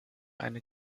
eine